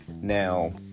Now